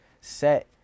set